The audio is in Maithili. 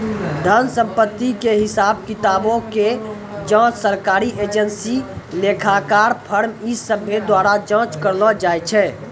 धन संपत्ति के हिसाब किताबो के जांच सरकारी एजेंसी, लेखाकार, फर्म इ सभ्भे द्वारा जांच करलो जाय छै